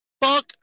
Fuck